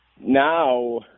Now